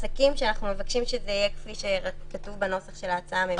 מבקשים שיהיה כמו בנוסח של ההצעה המקורית.